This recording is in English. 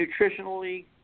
nutritionally